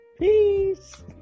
Peace